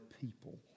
people